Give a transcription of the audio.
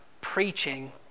preaching